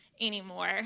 anymore